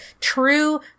true